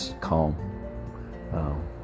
calm